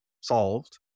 solved